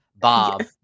Bob